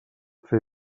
fer